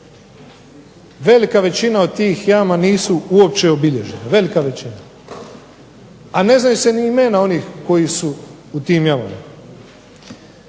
Velika većina od tih jama nisu uopće obilježeni. Velika većina. A ne znaju se ni imena onih koji su u tim jamama.